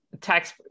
tax